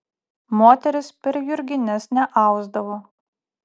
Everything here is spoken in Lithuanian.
moterys per jurgines neausdavo